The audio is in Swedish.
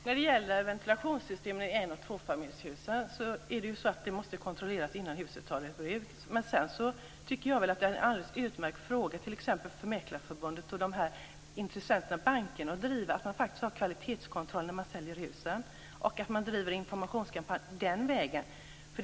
Herr talman! Ventilationssystemen i en och tvåfamiljshus måste ju kontrolleras innan husen tas i bruk. Sedan tycker jag att det är en alldeles utmärkt fråga för andra intressenter, t.ex. Mäklarförbundet och banker, att driva att det skall ske kvalitetskontroller när man säljer husen. Informationskampanjer kan drivas den vägen.